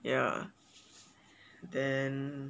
ya then